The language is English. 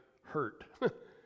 hurt